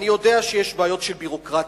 אני יודע שיש בעיות של ביורוקרטיה,